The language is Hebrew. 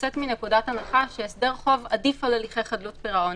יוצאת מנקודת הנחה שהסדר חוב עדיף על הליכי חדלות פירעון.